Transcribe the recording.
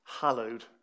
hallowed